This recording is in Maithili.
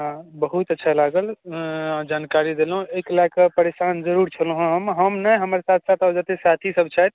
हाँ बहुत अच्छा लागल जानकारी देलहुँ अइके लए कऽ परेशान जरूर छलौ हँ हम हम नहि हमर साथ साथ आओर जते साथी सभ छथि